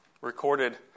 recorded